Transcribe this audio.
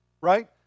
Right